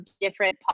different